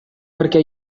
perquè